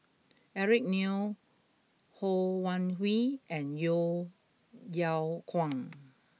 Eric Neo Ho Wan Hui and Yeo Yeow Kwang